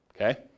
Okay